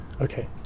okay